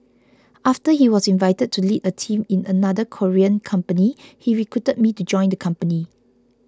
after he was invited to lead a team in another Korean company he recruited me to join the company